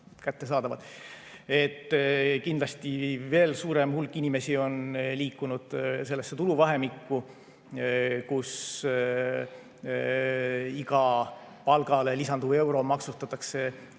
kättesaadavad. Kindlasti on veel suurem hulk inimesi liikunud sellesse tuluvahemikku, kus iga palgale lisanduv euro maksustatakse